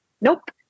Nope